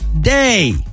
DAY